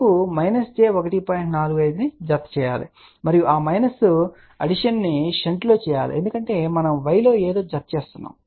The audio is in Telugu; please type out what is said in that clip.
45 ను జతచేయాలి మరియు ఆ మైనస్ అడిషన్ ను షంట్లో చేయాలి ఎందుకంటే మనం y లో ఏదో జతచేస్తున్నాము